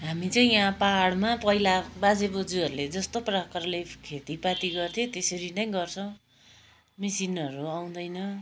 हामी चाहिँ यहाँ पाहाडमा पहिला बाजे बोजूहरले जस्तो प्रकारले खेतीपाती गर्थे तेसरी नै गर्छौं मिसिनहरू आउँदैन